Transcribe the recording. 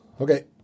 okay